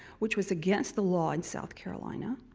which was against the law in south carolina,